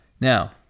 Now